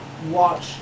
watch